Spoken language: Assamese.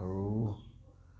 আৰু